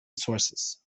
sources